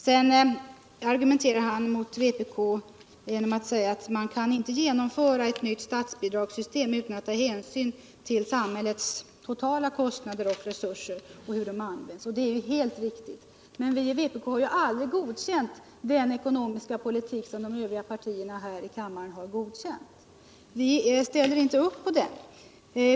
Stig Alemyr argumenterade mot vpk genom att säga att man inte kan genomföra ett nytt statsbidragssystem utan att ta hänsyn ull samhällets totala kostnader och resurser. Det är naturligtvis helt riktigt. Men vi i vpk har ju aldrig godkänt den ekonomiska politik som de övriga partierna här i kammaren vill föra. Vi ställer inte upp på den.